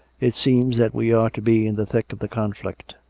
it seems that we are to be in the thick of the conflict.